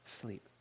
sleep